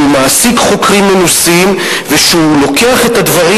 שהוא מעסיק חוקרים מנוסים והוא לוקח את הדברים